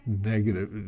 negative